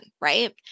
right